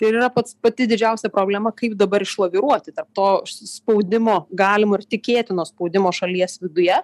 tai ir yra pats pati didžiausia problema kaip dabar išlaviruoti tarp to spaudimo galimo ir tikėtinos spaudimo šalies viduje